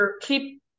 Keep